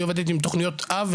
היא עובדת עם תוכניות אב,